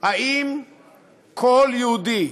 האם כל יהודי,